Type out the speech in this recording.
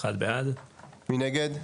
הצבעה בעד, 1 נגד,